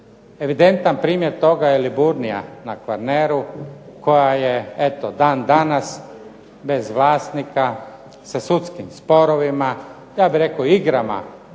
Evidentan primjer toga je Liburnija na Kvarneru, koja je eto dan danas bez vlasnika sa sudskim sporovima, ja bih rekao igrama